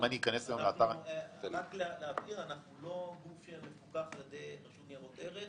אנחנו לא גוף שמפוקח על ידי הרשות לניירות ערך.